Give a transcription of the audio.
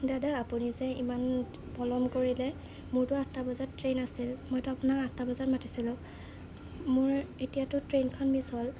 দাদা আপুনি যে ইমান পলম কৰিলে মোৰতো আঠটা বজাত ট্ৰেইন আছিল মইতো আপোনাক আঠটা বজাত মাতিছিলোঁ মোৰ এতিয়াতো ট্ৰেইনখন মিছ হ'ল